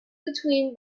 between